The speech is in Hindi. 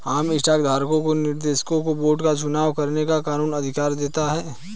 आम स्टॉक धारकों को निर्देशकों के बोर्ड का चुनाव करने का कानूनी अधिकार देता है